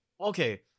Okay